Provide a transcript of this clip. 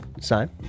Sign